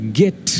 get